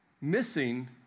missing